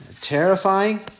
terrifying